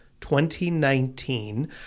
2019